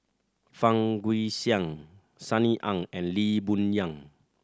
Fang Guixiang Sunny Ang and Lee Boon Yang